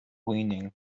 leaning